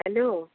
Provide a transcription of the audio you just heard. hello